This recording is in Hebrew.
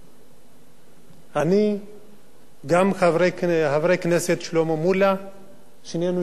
אני וגם חבר הכנסת שלמה מולה השתתפנו במבצע.